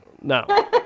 No